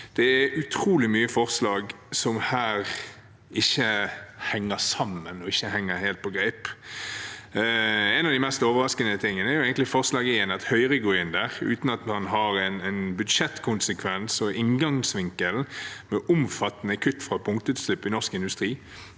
Det er utrolig mange forslag som ikke henger sammen og ikke henger helt på greip. En av de mest overraskende tingene er egentlig at Høyre er med på forslag nr. 1, uten at man har med budsjettkonsekvens og inngangsvinkel ved omfattende kutt fra punktutslipp i norsk industri.